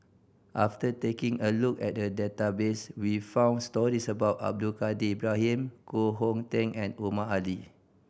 after taking a look at the database we found stories about Abdul Kadir Ibrahim Koh Hong Teng and Omar Ali